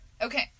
Okay